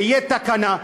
שתהיה תקנה,